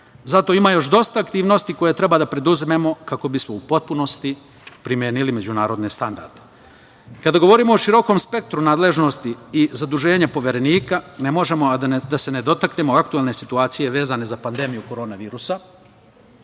zato ima još dosta aktivnosti koje treba da preduzmemo kako bismo u potpunosti primenili međunarodne standarde. Kada govorimo o širokom spektru nadležnosti i zaduženju Poverenika, ne možemo, a da se ne dotaknemo aktuelne situacije vezane za pandemiju Korona virusa.